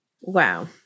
Wow